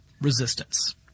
resistance